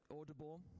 audible